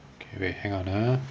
okay wait hang on ah